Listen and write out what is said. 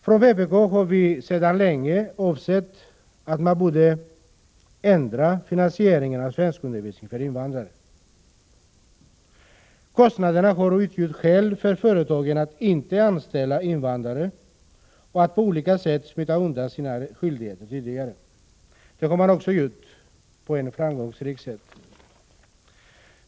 Från vpk har vi sedan länge ansett att man borde ändra finansieringen av svenskundervisningen för invandrare. Kostnaderna har utgjort skäl för företagen att inte anställa invandrare och att på olika sätt smita undan sina skyldigheter. Det har man också gjort på ett framgångsrikt sätt.